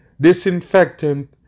disinfectant